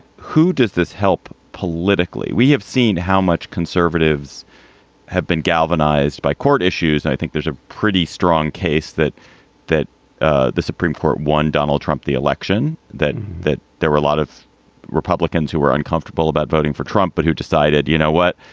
who does this help? politically? we have seen how much conservatives have been galvanized by court issues. i think there's a pretty strong case that that ah the supreme court won donald trump the election, that that there were a lot of republicans who were uncomfortable about voting for trump, but who decided, you know what?